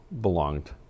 belonged